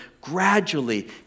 gradually